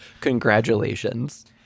Congratulations